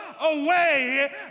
away